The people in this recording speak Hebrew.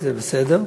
זה בסדר,